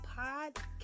Podcast